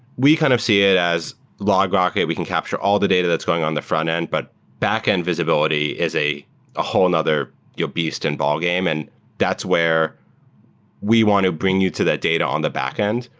we kind of see it as logrocket. we can capture all the data that's going on the frontend, but backend visibility is a ah whole another beast and ballgame, and that's where we want to bring you to that data on the backend.